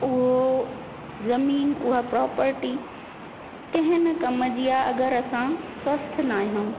उहो ज़मीन उहा प्रोपर्टी कंहिं न कम जी आहे अगरि असां स्वस्थ न आहियूं